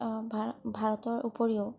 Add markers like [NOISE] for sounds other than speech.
[UNINTELLIGIBLE] ভাৰতৰ উপৰিও